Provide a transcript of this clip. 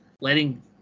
letting